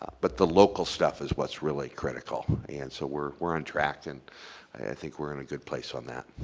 but the local stuff is what's really critical. and so we're we're on track and i think we're in a good place on that.